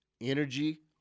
energy